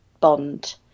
bond